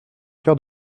coeur